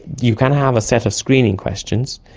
you can have a set of screening questions.